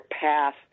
path